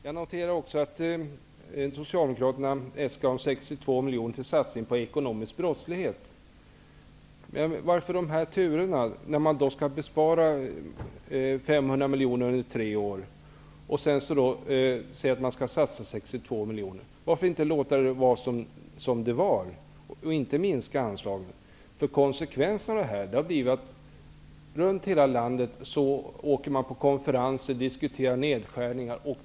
Jag noterar att Socialdemokraterna äskar 62 miljoner kronor till en satsning på ekonomisk brottslighet. Varför dessa turer? Det skall sparas 500 miljoner under tre år, och nu sägs det att man skall satsa 62 miljoner. Varför inte låta det vara som det är och låta bli att minska anslaget? Konsekvenserna av detta har blivit att man åker på konferenser i hela landet och diskuterar nedskärningar.